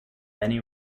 many